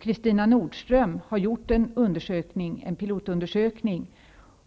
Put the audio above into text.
Kristina Nordström har gjort en pilotundersökning,